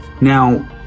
now